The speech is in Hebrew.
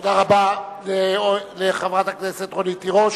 תודה רבה לחברת הכנסת רונית תירוש.